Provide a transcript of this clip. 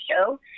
show